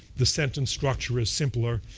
the sentence structure is simpler.